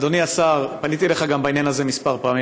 אדוני השר, פניתי אליך בעניין הזה כמה פעמים.